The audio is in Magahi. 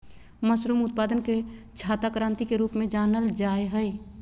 मशरूम उत्पादन के छाता क्रान्ति के रूप में जानल जाय हइ